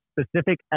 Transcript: specific